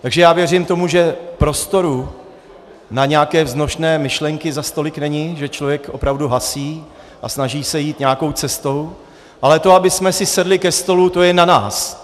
Takže já věřím tomu, že prostoru na nějaké vznosné myšlenky zas tolik není, že člověk opravdu hasí a snaží se jít nějakou cestu, ale to, abychom si sedli ke stolu, to je na nás.